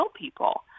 people